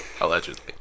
Allegedly